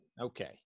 Okay